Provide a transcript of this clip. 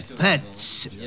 pets